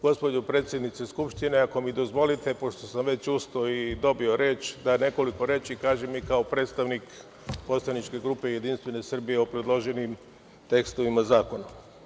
Gospođo predsednice skupštine, ako mi dozvolite, pošto sam već ustao i dobio reč, ja bih nekoliko reči da kažem i kao predstavnik poslaničke grupe JS o predloženim tekstovima zakona.